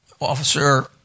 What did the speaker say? officer